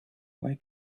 why